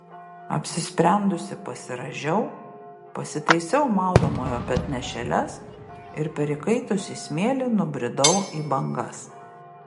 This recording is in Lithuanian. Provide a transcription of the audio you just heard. apsisprendusi pasirąžiau pasitaisiau maudomojo petnešėles ir per įkaitusį smėlį nubridau į bangas